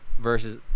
Versus